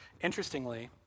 interestingly